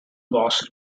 ross